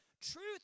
truth